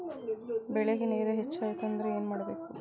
ಬೆಳೇಗ್ ನೇರ ಹೆಚ್ಚಾಯ್ತು ಅಂದ್ರೆ ಏನು ಮಾಡಬೇಕು?